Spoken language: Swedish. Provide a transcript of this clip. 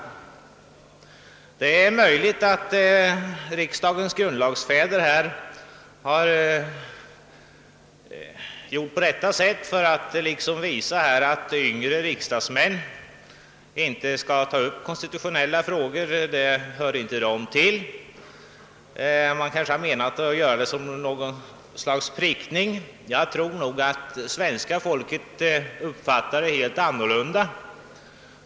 Det är möjligt att riksdagens grundlagsfäder har handlat på detta sätt för att visa att yngre riksdagsmän inte skall ta upp konstitutionella frågor; sådant hör inte dem till. Man kanske har menat det som något slags prickning. Jag tror emellertid att svenska folket uppfattar saken helt annorlunda.